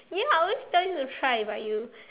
ya I always tell you to try but you